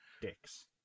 dicks